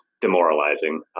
demoralizing